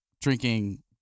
drinking